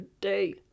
day